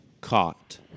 caught